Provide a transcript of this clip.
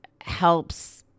helps